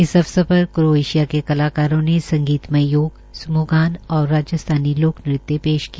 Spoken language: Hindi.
इस अवसर पर क्रोएशिया के कलाकारों ने संगीतमय योग समुहगान और राजस्थानी लोक नृत्य पेश किया